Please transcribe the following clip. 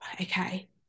okay